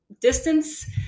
distance